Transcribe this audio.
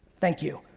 thank you.